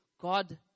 God